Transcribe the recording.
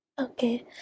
Okay